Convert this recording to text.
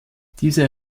diese